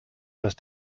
dass